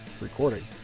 Recording